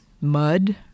mud